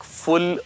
full